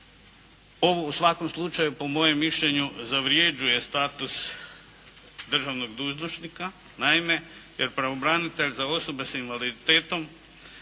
Ovo u svakom slučaju po mojem mišljenju zavređuje status državnog dužnosnika. Naime, jer pravobranitelj za osobe sa invaliditetom